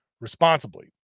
responsibly